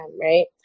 right